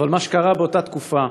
אבל מה שקרה באותה תקופה,